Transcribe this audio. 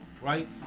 Right